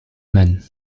men